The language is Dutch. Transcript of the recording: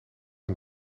aan